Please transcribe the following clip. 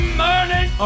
morning